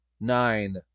nine